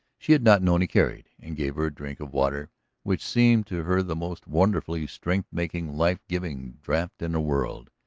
she had not known he carried, and gave her a drink of water which seemed to her the most wonderfully strength-making, life-giving draft in the world.